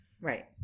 Right